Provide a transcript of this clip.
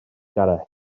gareth